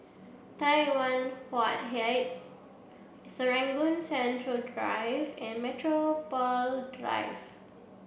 Tai Yuan Heights Serangoon Central Drive and Metropole Drive